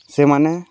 ସେମାନେ